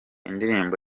indirimbo